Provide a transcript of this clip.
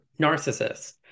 narcissist